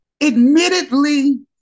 admittedly